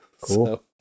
Cool